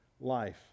life